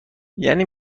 یعنی